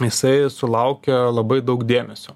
jisai sulaukia labai daug dėmesio